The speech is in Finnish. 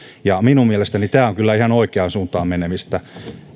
minun mielestäni tämä on kyllä ihan oikeaan suuntaan menemistä